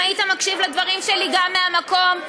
אם היית מקשיב לדברים שלי גם מהמקום,